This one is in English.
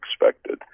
expected